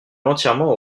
entièrement